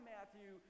Matthew